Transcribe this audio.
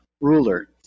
ruler